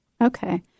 Okay